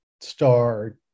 star